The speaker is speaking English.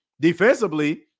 Defensively